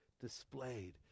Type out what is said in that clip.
displayed